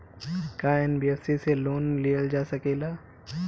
का एन.बी.एफ.सी से लोन लियल जा सकेला?